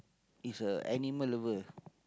is a animal lover